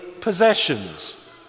possessions